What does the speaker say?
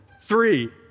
three